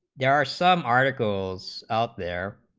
there are some articles out there.